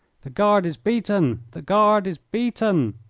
the guard is beaten! the guard is beaten!